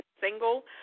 Single